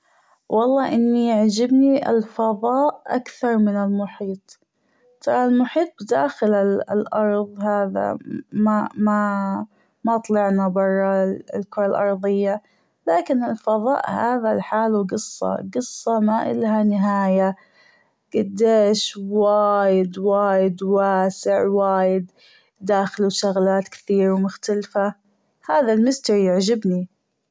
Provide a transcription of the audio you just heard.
والله أني يعجبني الفضاء أكثر من المحيط ترى المحيط بداخل الأرض هذا ما- ما طلعنا برا الكرة الأرضية لكن الفضاء هذا لحالة جصة جصة ما ألها نهاية جديش وايد وايد واسع وايد بداخله شغلات كتير ومختلفة هذا ال mystery يعجبني.